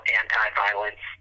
anti-violence